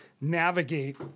navigate